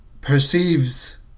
perceives